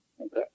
Okay